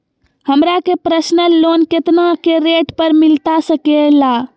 हमरा के personal loan कितना के रेट पर मिलता सके ला?